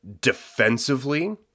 defensively